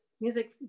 music